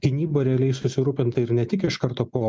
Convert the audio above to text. gynyba realiai susirūpinta ir ne tik iš karto po